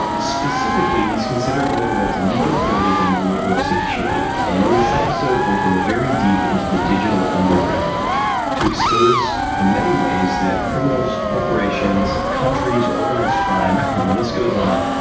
specifically, he's considered one of the world's leading authorities on global security. and in this episode, we'll go very deep into the digital underground to expose the many ways that criminals, corporations, countries, organized crime, and the list goes on,